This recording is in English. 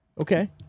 Okay